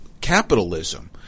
capitalism